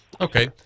Okay